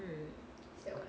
mm